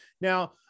Now